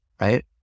right